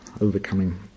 overcoming